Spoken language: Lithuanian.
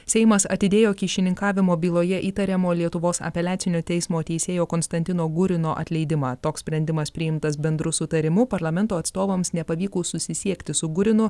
seimas atidėjo kyšininkavimo byloje įtariamo lietuvos apeliacinio teismo teisėjo konstantino gurino atleidimą toks sprendimas priimtas bendru sutarimu parlamento atstovams nepavykus susisiekti su gurinu